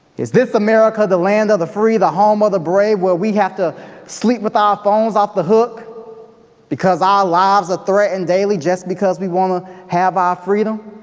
is this america, the land of the free, the home of the brave, where we have to sleep with our phones off the hook because our lives are threatened daily just because we want to have our freedom?